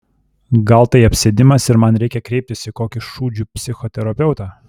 gal tai apsėdimas ir man reikia kreiptis į kokį šūdžių psichoterapeutą